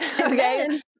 Okay